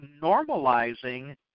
normalizing